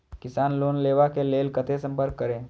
किसान लोन लेवा के लेल कते संपर्क करें?